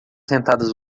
sentadas